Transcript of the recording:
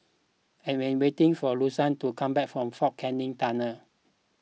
I am waiting for Louisa to come back from fort Canning Tunnel